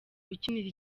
ukinira